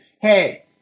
hey